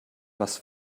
was